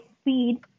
speed